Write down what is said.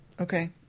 okay